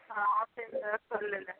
ହଁ ପ୍ରିଣ୍ଟର୍ ଖୋଲିଲା